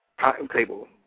timetable